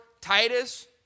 Titus